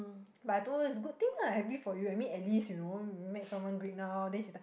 but I told her is good thing lah happy for you I mean at least you know you met someone great now then she's like